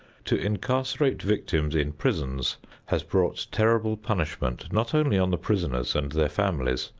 to incarcerate victims in prisons has brought terrible punishment not only on the prisoners and their families,